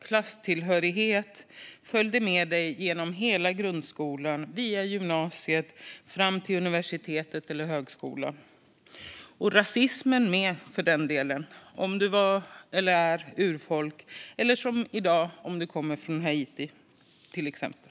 Klasstillhörigheten följde med genom hela grundskolan, via gymnasiet fram till universitetet eller högskola - rasismen med, för den delen, om man var urfolk eller, som i dag, om man kommer från Haiti, till exempel.